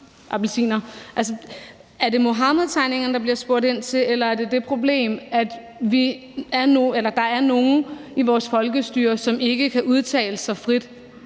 appelsiner. Altså, er det Muhammedtegningerne, der bliver spurgt ind til, eller er det det problem, at der er nogle i vores folkestyre, som ikke kan udtale sig frit?